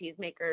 cheesemakers